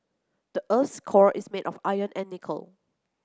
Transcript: the earth's core is made of iron and nickel